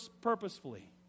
purposefully